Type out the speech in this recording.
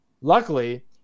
Luckily